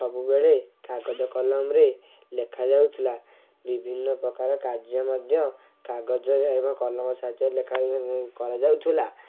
ସବୁ ବେଳେ କାଗଜ କଲମରେ ଲେଖା ଯାଉଥିଲା ବିଭିନ୍ନ ପ୍ରକାର କାର୍ଯ୍ୟମଧ୍ୟ କାଗଜ ଏବଂ କଲମ ସାହାଯ୍ୟରେ ଲେଖା କରାଯାଉଥିଲା